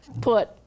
put